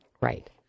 Right